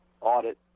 audit